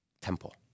temple